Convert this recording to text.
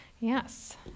yes